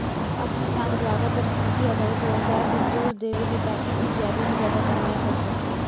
अब किसान ज्यादातर कृषि आधारित व्यवसाय पर जोर देवेले, ताकि उ ज्यादा से ज्यादा कमाई कर सके